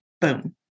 boom